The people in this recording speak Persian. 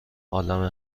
عالم